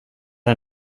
det